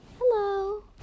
Hello